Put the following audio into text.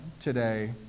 today